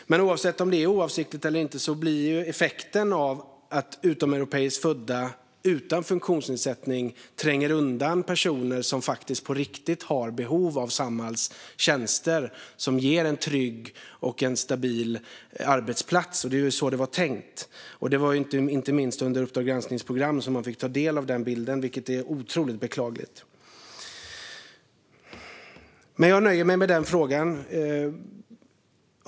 Oavsett om det är oavsiktligt eller inte blir effekten att utomeuropeiskt födda utan funktionsnedsättning tränger undan personer som på riktigt har behov av Samhalls tjänster, som det är tänkt ska ge dem en trygg och stabil arbetsplats. Det var den bilden man fick ta del av i Uppdrag granskning , och det är otroligt beklagligt. Jag nöjer mig med den undran.